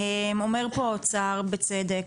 אומר פה האוצר בצדק,